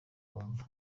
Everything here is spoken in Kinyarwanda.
bumva